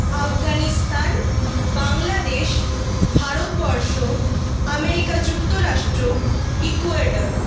Afghanistan Bangladesh Bharatvarsha America যুক্তরাষ্ট্র Ecuador